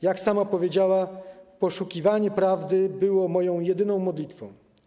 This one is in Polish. Jak sama powiedziała: Poszukiwanie prawdy było moją jedyną modlitwą.